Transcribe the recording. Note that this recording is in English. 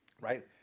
right